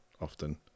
often